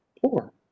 poor